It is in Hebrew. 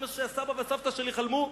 זה מה שהסבא והסבתא שלי חלמו?